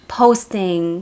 posting